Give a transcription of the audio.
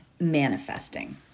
manifesting